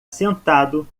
sentado